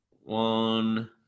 one